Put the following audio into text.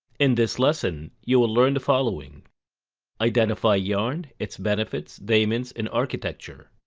in this lesson, you will learn the following identify yarn, its benefits, daemons, and architecture.